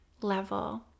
level